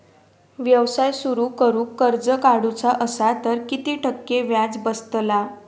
व्यवसाय सुरु करूक कर्ज काढूचा असा तर किती टक्के व्याज बसतला?